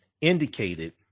indicated